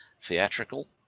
theatrical